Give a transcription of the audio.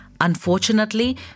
Unfortunately